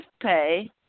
Pay